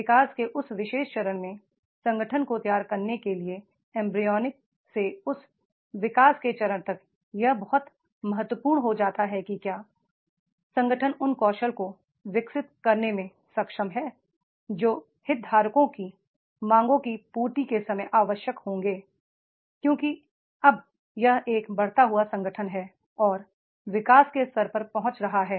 विकास के उस विशेष चरण में संगठन को तैयार करने के लिए एंब्रीयॉनिक से उस विकास के चरण तक यह बहुत महत्वपूर्ण हो जाता है कि क्या संगठन उन कौशल को विकसित करने में सक्षम हैं जो हितधारकों की मांगों की पू र्ति के समय आवश्यक होंगे क्योंकि अब यह एक बढ़ता हुआ संगठन है और विकास के स्तर पर पहुंच रहा है